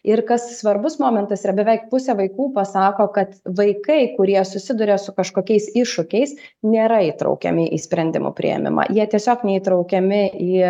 ir kas svarbus momentas yra beveik pusė vaikų pasako kad vaikai kurie susiduria su kažkokiais iššūkiais nėra įtraukiami į sprendimų priėmimą jie tiesiog neįtraukiami į